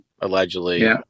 allegedly